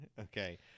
Okay